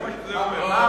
זה אומר, זה מה שזה אומר.